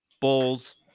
Bulls